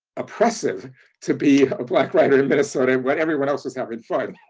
oppressive to be a black writer in minnesota when everyone else was having fun.